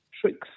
tricks